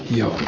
joo